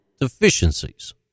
deficiencies